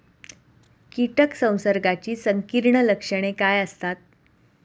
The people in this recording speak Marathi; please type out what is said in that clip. कीटक संसर्गाची संकीर्ण लक्षणे काय असतात?